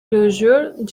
plusieurs